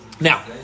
Now